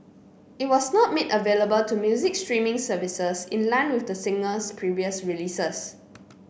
it was not made available to music streaming services in line with the singer's previous releases